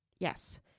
Yes